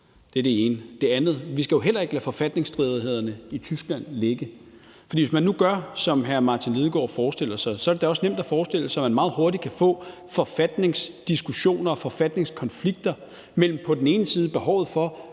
Det var det ene. Det andet er, at vi jo heller ikke skal lade forfatningsstridighederne i Tyskland ligge. For hvis man nu gør, som hr. Martin Lidegaard forestiller sig, er det da også nemt at forestille sig, at man meget hurtigt kan få forfatningsdiskussioner og forfatningskonflikter om behovet for på den ene side at opstille